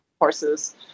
horses